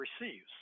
receives